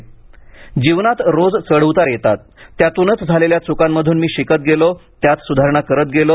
अमिताभ बच्चन जीवनात रोज चढ उतार येतात त्यातूनच झालेल्या चुकांमधून मी शिकत गेलो त्यात सुधारणा करत गेलो